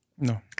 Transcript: No